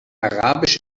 arabisch